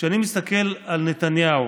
כשאני מסתכל על נתניהו